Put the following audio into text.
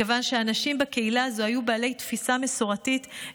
מכיוון שהאנשים בקהילה הזו היו בעלת תפיסה מסורתית,